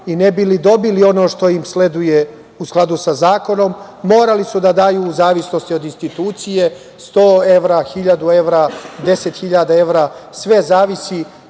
i ne bi li dobili ono što im sleduje u skladu sa zakonom. Morali su da daju u zavisnosti od institucije 100 evra, hiljadu evra, deset hiljada evra. Sve zavisi